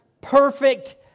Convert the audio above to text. perfect